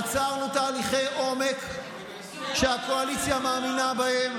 עצרנו תהליכי העומק שהקואליציה מאמינה בהם,